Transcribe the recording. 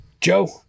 Joe